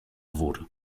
wór